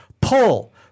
Pull